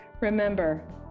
Remember